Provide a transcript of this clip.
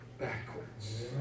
backwards